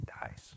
dies